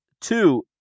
two